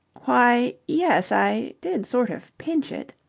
why, yes, i did sort of pinch it.